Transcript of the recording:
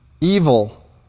evil